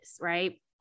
right